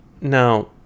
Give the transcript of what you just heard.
Now